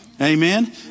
Amen